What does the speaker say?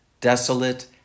Desolate